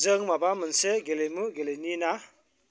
जों माबा मोनसे गेलेमु गेलेनि ना